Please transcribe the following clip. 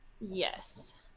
Yes